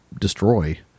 destroy